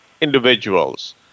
individuals